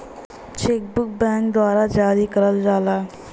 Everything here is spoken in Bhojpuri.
चेक बुक बैंक के द्वारा जारी करल जाला